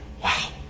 wow